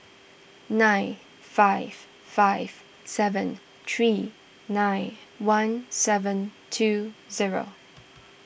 nine five five seven three nine one seven two zero